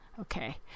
Okay